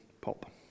pop